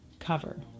cover